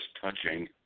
touching